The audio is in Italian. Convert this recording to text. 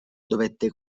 dovette